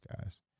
guys